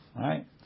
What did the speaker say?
right